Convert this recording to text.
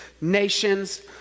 nations